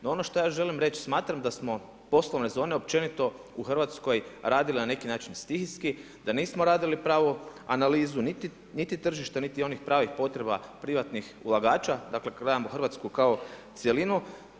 No ono što ja želim reć, smatram da smo poslovne zone općenito u Hrvatskoj radili na neki način stihijski, da nismo radili pravu analizu niti tržišta, niti onih pravih potreba privatnih ulagača, dakle kada gledamo Hrvatsku kao cjelinu.